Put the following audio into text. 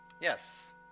Yes